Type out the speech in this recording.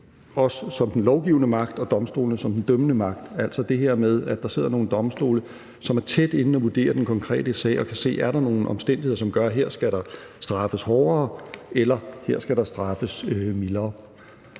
os som den lovgivende magt og domstolene som den dømmende magt, altså det her med, at der sidder nogle domstole, som er tæt inde og vurdere den konkrete sag og kan se, om der er nogle omstændigheder, som gør, at der skal straffes hårdere eller der skal straffes mildere.